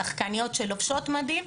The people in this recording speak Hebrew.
שחקניות שלובשות מדים.